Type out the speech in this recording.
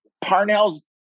Parnell's